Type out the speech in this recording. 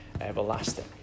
everlasting